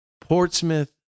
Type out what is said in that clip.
Portsmouth